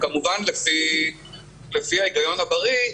כמובן לפי ההיגיון הבריא,